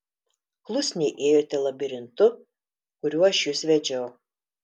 klusniai ėjote labirintu kuriuo aš jus vedžiau